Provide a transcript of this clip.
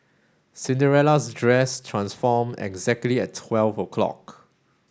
Cinderella's dress transform exactly at twelve o'clock